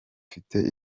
mfite